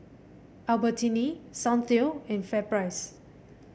Albertini Soundteoh and FairPrice